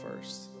first